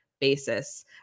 basis